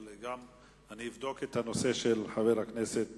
אבל גם אבדוק את הנושא של חבר הכנסת